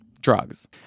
drugs